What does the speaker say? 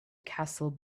castle